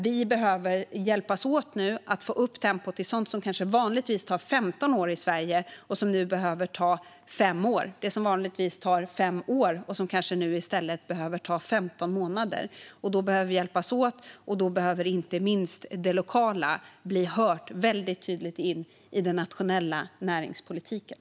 Nu behöver vi hjälpas åt att få upp tempot. Sådant som vanligtvis tar 15 år i Sverige behöver nu ta fem år, och det som vanligtvis tar fem år behöver nu ta 15 månader. Då behöver inte minst det lokala höras tydligt i den nationella näringspolitiken.